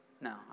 No